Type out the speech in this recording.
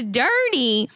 dirty